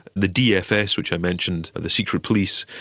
the dfs, which i mentioned, the secret police,